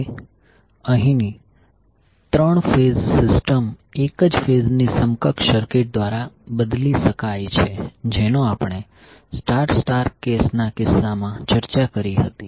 હવે અહીંની 3 phase system એક જ ફેઝની સમકક્ષ સર્કિટ દ્વારા બદલી શકાય છે જેનો આપણે સ્ટાર સ્ટાર કેસ ના કિસ્સામાં ચર્ચા કરી હતી